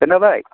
खोनाबाय